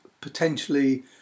potentially